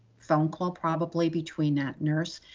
phone call probably between that nurse,